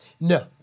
No